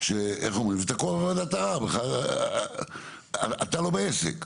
איך אומרים, זה תקוע בוועדת ערער אתה לא בעסק.